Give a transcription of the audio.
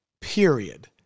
period